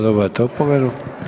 Dobivate opomenu.